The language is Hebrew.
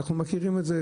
אנחנו מכירים את זה,